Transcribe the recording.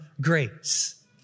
grace